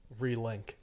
relink